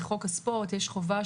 בחוק הספורט יש חובה